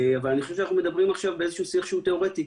אבל אני חושב שאנחנו מדברים עכשיו בשיח תיאורטי.